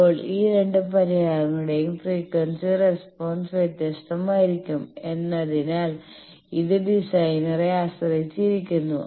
ഇപ്പോൾ ഈ 2 പരിഹാരങ്ങളുടെയും ഫ്രീക്വൻസി റെസ്പോൺസ് വ്യത്യസ്തമായിരിക്കും എന്നതിനാൽ ഇത് ഡിസൈനറെ ആശ്രയിച്ചിരിക്കുന്നു